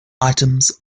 items